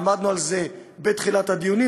עמדנו על זה בתחילת הדיונים.